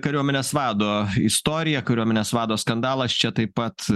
kariuomenės vado istorija kariuomenės vado skandalas čia taip pat